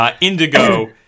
Indigo